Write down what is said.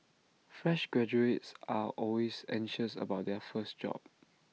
fresh graduates are always anxious about their first job